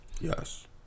Yes